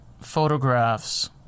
photographs